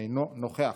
אינו נוכח,